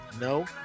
No